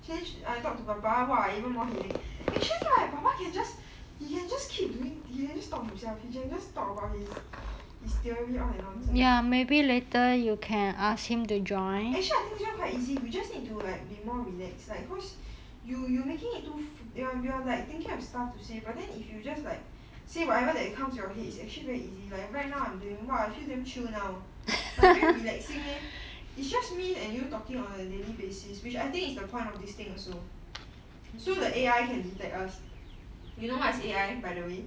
changed I talk to papa !wah! even more headache actually right papa can just he can just keep doing he can just talk himself he can just talk about his his theory all that nonsense actually I think this one quite easy we just need to like be more relax like because you you making it to the you are like thinking of stuff to say but then if you just like say whatever that it comes your head is actually very easy like right now I'm doing !wah! I feel damn chill now like very relaxing eh it's just me and you talking on a daily basis which I think is the point of this thing also so the a I can detect us you know what is a I by the way